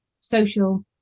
social